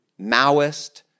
Maoist